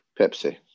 Pepsi